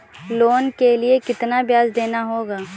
Loan के लिए कितना ब्याज देना होगा?